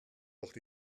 doch